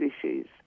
issues